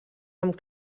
amb